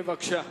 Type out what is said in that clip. בבקשה.